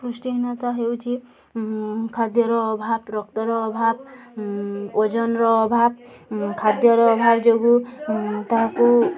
ପୃଷ୍ଟିହୀନତା ହେଉଛି ଖାଦ୍ୟର ଅଭାବ ରକ୍ତର ଅଭାବ ଓଜନର ଅଭାବ ଖାଦ୍ୟର ଅଭାବ ଯୋଗୁଁ ତାହାକୁ